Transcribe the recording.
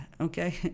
Okay